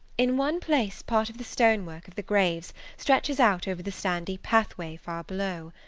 in one place part of the stonework of the graves stretches out over the sandy pathway far below.